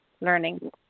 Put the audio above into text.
learning